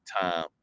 time